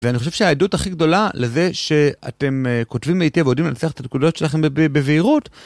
ואני חושב שהעדות הכי גדולה לזה שאתם כותבים היטב ויודעים לנסח את הנקודות שלכם בבהירות